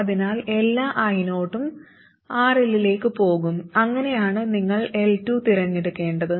അതിനാൽ എല്ലാ io ഉം RL ലേക്ക് പോകും അങ്ങനെയാണ് നിങ്ങൾ L2 തിരഞ്ഞെടുക്കേണ്ടത്